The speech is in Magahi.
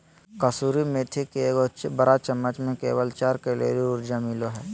कसूरी मेथी के एगो बड़ चम्मच में केवल चार कैलोरी ऊर्जा मिलो हइ